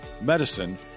medicine